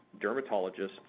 dermatologists